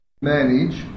manage